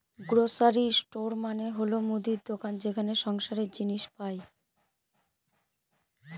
grocery store মানে হল মুদির দোকান যেখানে সংসারের জিনিস পাই